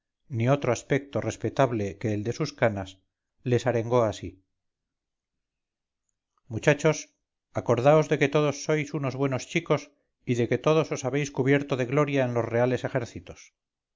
ni otro aspecto respetable que el de sus canas les arengó así muchachos acordaos de que todos sois unos buenos chicos y de que todos os habéis cubierto de gloria en los reales ejércitos